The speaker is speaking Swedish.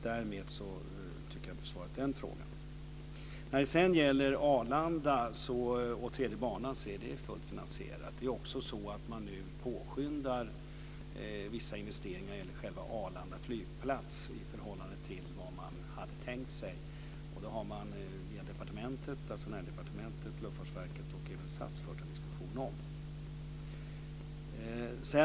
Därmed tycker jag att jag har besvarat den frågan. Tredje banan på Arlanda är fullt finansierad. Man påskyndar nu vissa investeringar när det gäller själva Arlanda flygplats i förhållande till vad man hade tänkt sig. Det har Näringsdepartementet, Luftfartsverket och även SAS fört en diskussion om.